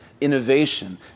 innovation